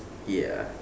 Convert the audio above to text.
ya